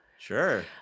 Sure